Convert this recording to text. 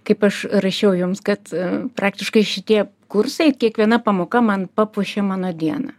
kaip aš rašiau jums kad praktiškai šitie kursai kiekviena pamoka man papuošė mano dieną